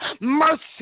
mercy